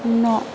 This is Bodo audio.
न'